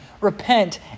Repent